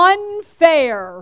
Unfair